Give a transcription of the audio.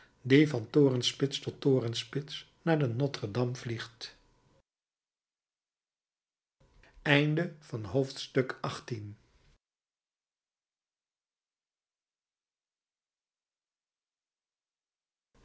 die van torenspits tot torenspits naar de notre-dame vliegt negentiende hoofdstuk